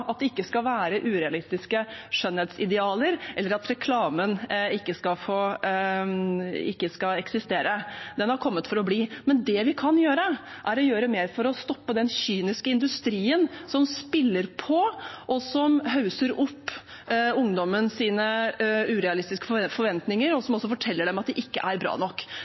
at det ikke skal være urealistiske skjønnhetsidealer, eller at reklamen ikke skal eksistere. Den har kommet for å bli. Men det vi kan gjøre, er å gjøre mer for å stoppe den kyniske industrien som spiller på og som hausser opp ungdommens urealistiske forventninger, og som også forteller dem at de ikke er bra nok.